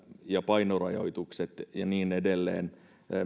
ja painorajoitukset ja niin edelleen